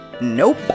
nope